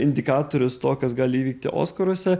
indikatorius to kas gali įvykti oskaruose